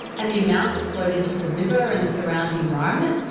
and the amount that flowed into the river, and the surrounding environment?